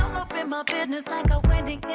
my my business like a wendy